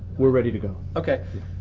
we're ready to go. ok.